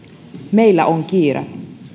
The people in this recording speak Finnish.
meillä on kiire